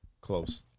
close